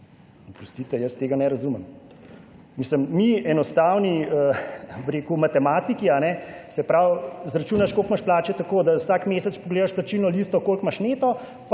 oprostite, jaz tega ne razumem. Mislim, mi enostavni, bi rekel, matematiki, se pravi, izračunaš koliko imaš plače, tako da vsak mesec pogledaš plačilno listo, koliko imaš neto,